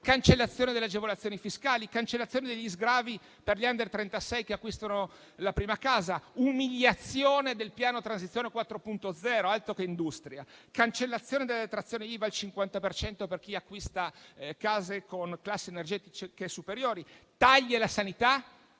cancellazione delle agevolazioni fiscali; cancellazione degli sgravi per gli *under* 36 che acquistano la prima casa; umiliazione del piano Transizione 4.0 (altro che industria); cancellazione della detrazione IVA al 50 per cento per chi acquista case con classi energetiche superiori; tagli alla sanità;